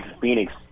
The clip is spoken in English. Phoenix